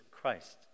Christ